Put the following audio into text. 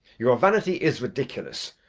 your vanity is ridiculous,